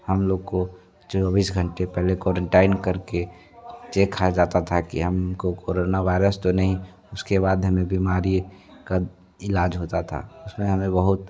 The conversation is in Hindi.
हम लोग को चौबिस घंटे पहले क्वारंटाइन करके जाता था कि हमको कोरोना वायरस तो नहीं उसके बाद हमें बीमारी का इलाज़ होता था उसमें हमें बहुत